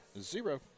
zero